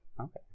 okay